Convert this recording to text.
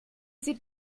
sie